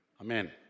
Amen